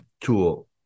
tool